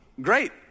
great